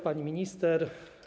Pani Minister!